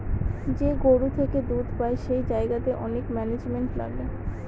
যে গরু থেকে দুধ পাই সেই জায়গাতে অনেক ম্যানেজমেন্ট লাগে